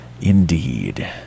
Indeed